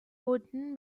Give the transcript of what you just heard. wooden